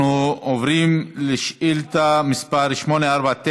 אנחנו עוברים לשאילתה מס' 849,